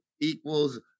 equals